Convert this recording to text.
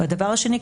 הדבר השני,